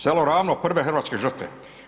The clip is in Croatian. Selo ravno, prve hrvatske žrtve.